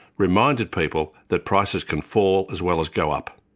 reminded people that prices can fall as well as go up.